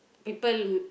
people